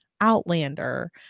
Outlander